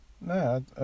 No